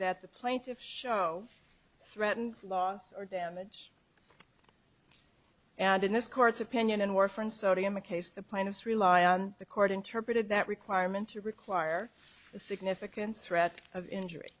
that the plaintiffs show threaten loss or damage and in this court's opinion and warfarin sodium a case the plaintiffs rely on the court interpreted that requirement to require a significant threat of injury